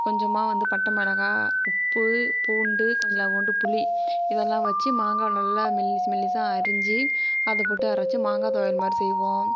கொஞ்சமாக வந்து பட்டை மொளகாய் உப்பு பூண்டு கொஞ்சம் ரவ்வோண்டு புளி இதெல்லாம் வச்சு மாங்காய் நல்லா மெல்லிசு மெல்லிசாக அரிஞ்சு அதை போட்டு அரச்சு மாங்காய் தொகையல் மாதிரி செய்வோம்